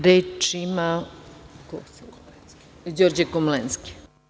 Reč ima Đorđe Komlenski.